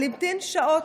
אבל המתין שעות,